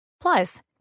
Plus